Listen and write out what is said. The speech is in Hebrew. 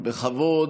בכבוד,